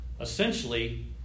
essentially